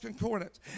Concordance